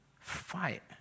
fight